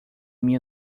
minha